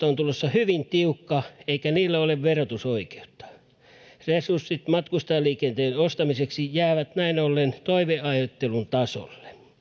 on tulossa hyvin tiukka eikä niillä ole verotusoikeutta resurssit matkustajaliikenteen ostamiseksi jäävät näin ollen toiveajattelun tasolle